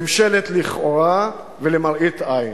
ממשלת לכאורה ולמראית עין.